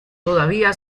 todavía